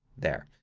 there.